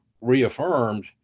reaffirmed